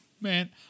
Man